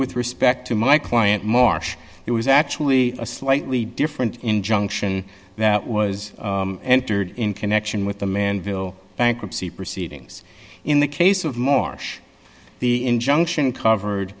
with respect to my client marsh it was actually a slightly different injunction that was entered in connection with the manville bankruptcy proceedings in the case of moore the injunction covered